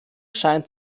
scheint